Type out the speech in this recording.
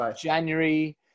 January